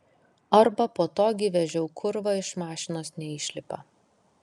arba po to gi vežiau kurva iš mašinos neišlipa